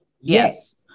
Yes